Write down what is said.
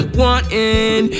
wanting